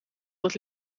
dat